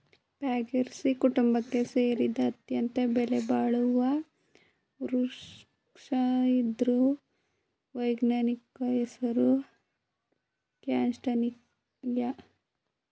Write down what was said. Fagaceae ಕುಟುಂಬಕ್ಕೆ ಸೇರಿದ ಅತ್ಯಂತ ಬೆಲೆಬಾಳುವ ವೃಕ್ಷ ಇದ್ರ ವೈಜ್ಞಾನಿಕ ಹೆಸರು ಕ್ಯಾಸ್ಟಾನಿಯ